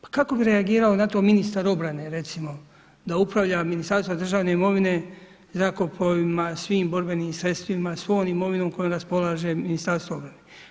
Pa kako bi reagirali na to, ministar obrane, recimo, da upravlja ministarstvom državne imovine, zrakoplovima, svim borbenim sredstvima, svom imovinom kojom raspolaže ministarstvo obrane.